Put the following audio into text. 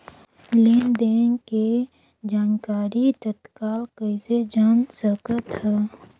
लेन देन के जानकारी तत्काल कइसे जान सकथव?